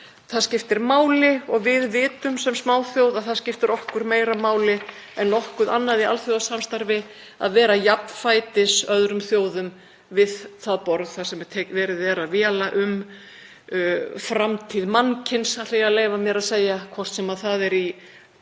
Það skiptir máli og við vitum sem smáþjóð að það skiptir okkur meira máli en nokkuð annað í alþjóðasamstarfi að vera jafnfætis öðrum þjóðum við það borð þar sem verið er að véla um framtíð mannkyns, ætla ég að leyfa mér að segja, hvort sem það er á